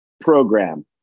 program